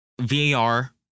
VAR